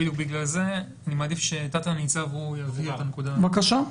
בדיוק בגלל זה אני מעדיף שתנ"צ יהודה דהאן יבהיר את הנקודה הזאת.